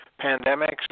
pandemics